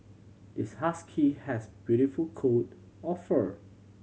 this husky has beautiful coat of fur